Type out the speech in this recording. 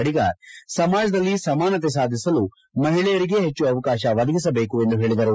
ಅಡಿಗ ಸಮಾಜದಲ್ಲಿ ಸಮಾನತೆ ಸಾಧಿಸಲು ಮಹಿಳೆಯರಿಗೆ ಹೆಚ್ಚು ಅವಕಾಶ ಒದಗಿಸಬೇಕು ಎಂದು ಹೇಳಿದರು